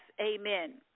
amen